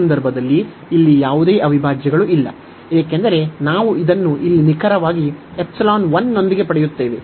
ಆ ಸಂದರ್ಭದಲ್ಲಿ ಇಲ್ಲಿ ಯಾವುದೇ ಅವಿಭಾಜ್ಯಗಳು ಇಲ್ಲ ಏಕೆಂದರೆ ನಾವು ಇದನ್ನು ಇಲ್ಲಿ ನಿಖರವಾಗಿ ϵ 1 ನೊಂದಿಗೆ ಪಡೆಯುತ್ತೇವೆ